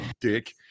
Dick